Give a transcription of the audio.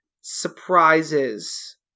surprises